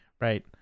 right